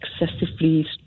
excessively